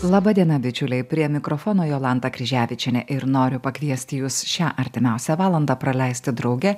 laba diena bičiuliai prie mikrofono jolanta kryževičienė ir noriu pakviesti juos šią artimiausią valandą praleisti drauge